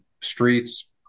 streets